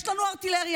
יש לנו ארטילריה,